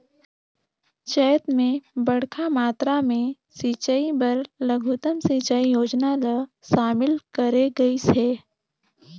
चैत मे बड़खा मातरा मे सिंचई बर लघुतम सिंचई योजना ल शामिल करे गइस हे